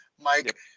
Mike